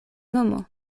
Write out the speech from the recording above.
nomo